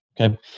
okay